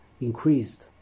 increased